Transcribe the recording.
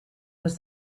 was